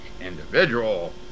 individual